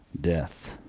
Death